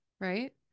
right